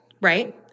right